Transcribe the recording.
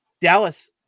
Dallas